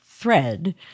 thread